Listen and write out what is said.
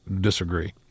disagree